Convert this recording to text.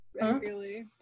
Regularly